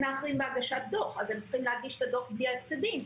הם מאחרים בהגשת דוח אז הם צריכים להגיש את הדוח בלי ההפסדים,